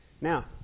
Now